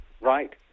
Right